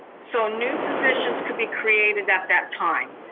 so new positions could be created at that time.